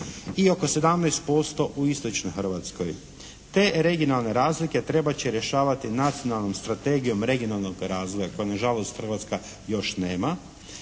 i oko 17% u istočnoj Hrvatskoj. Te regionalne razlike trebat će rješavati Nacionalnom strategijom regionalnog razvoja koju nažalost Hrvatska još nema